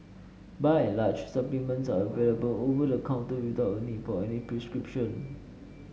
by and large supplements are available over the counter without a need for any prescription